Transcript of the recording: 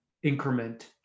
increment